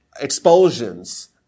expulsions